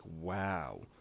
wow